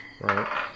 Right